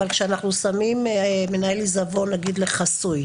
אבל כשאנחנו שמים מנהל עיזבון לחסוי